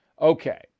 Okay